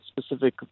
specific